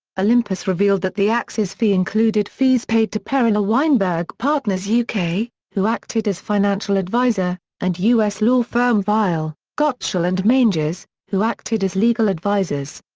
olympus revealed that the axes fee included fees paid to perella weinberg partners yeah uk, who acted as financial advisor, and us law firm weil, gotshal and manges, who acted as legal advisers.